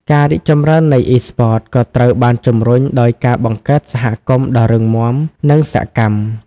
ការរីកចម្រើននៃអុីស្ព័ត ក៏ត្រូវបានជំរុញដោយ ការបង្កើតសហគមន៍ ដ៏រឹងមាំ និងសកម្ម។